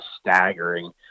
staggering